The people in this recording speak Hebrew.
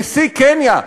נשיא קניה,